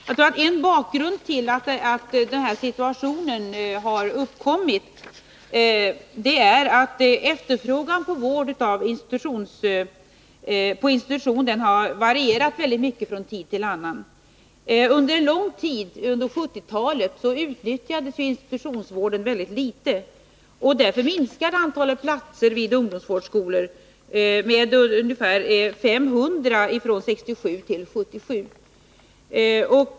Jag tror att en av anledningarna till att den här situationen har uppkommit är att efterfrågan på vård på institution har varierat väldigt mycket från tid till annan. Under en lång period under 1970-talet utnyttjades institutionsvården mycket litet. Därför minskade antalet platser vid ungdomsvårdsskolor med ungefär 500 under åren 1967-1977.